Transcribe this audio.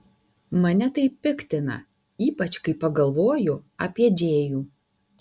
mane tai piktina ypač kai pagalvoju apie džėjų